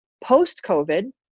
post-COVID